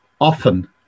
often